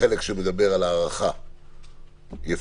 החלק שמדבר על הארכה יפוצל.